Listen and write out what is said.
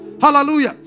Hallelujah